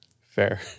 fair